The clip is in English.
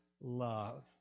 love